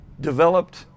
developed